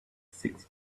six